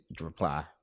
reply